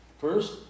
first